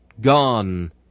Gone